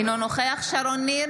אינו נוכח שרון ניר,